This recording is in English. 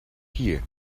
hear